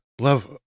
love